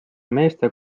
meeste